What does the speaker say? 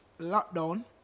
lockdown